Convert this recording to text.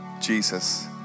Jesus